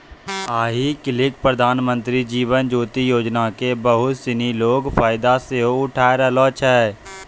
आइ काल्हि प्रधानमन्त्री जीवन ज्योति योजना के बहुते सिनी लोक फायदा सेहो उठाय रहलो छै